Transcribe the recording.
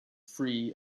free